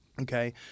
Okay